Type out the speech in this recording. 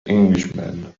englishman